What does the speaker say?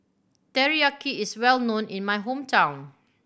teriyaki is well known in my hometown